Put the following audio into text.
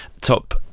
top